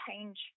change